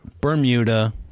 Bermuda